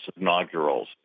inaugurals